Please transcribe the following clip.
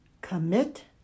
Commit